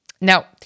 Now